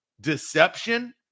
deception